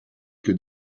que